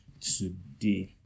today